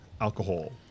alcohol